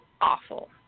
awful